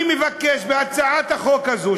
אני מבקש בהצעת החוק הזאת,